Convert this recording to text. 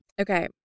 okay